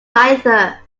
neither